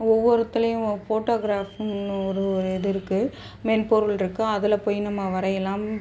ஒவ்வொரு இடத்துலையும் ஃபோட்டோ கிராஃப்ன்னு ஒரு இது இருக்குது மென்பொருள் இருக்குது அதில் போய் நம்ம வரையலாம்